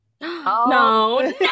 no